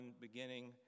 beginning